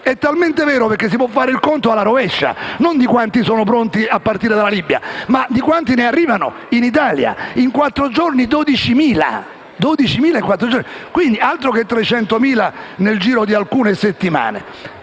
è talmente vero che si può fare il conto alla rovescia non di quanti sono pronti a partire ma di quanti ne arrivano in Italia. In quattro giorni sono 12.000. Altro che 300.000 nel giro di alcune settimane!